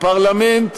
פרלמנט